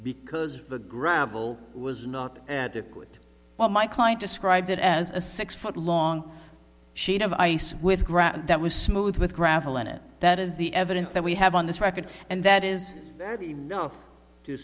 because the gravel was not adequate while my client described it as a six foot long sheet of ice with grass that was smooth with gravel in it that is the evidence that we have on this record and that is that enough to